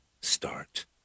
start